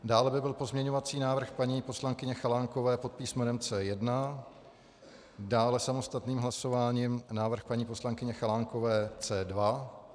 Dále by byl pozměňovací návrh paní poslankyně Chalánkové pod písmenem C1, dále samostatným hlasováním návrh paní poslankyně Chalánkové C2.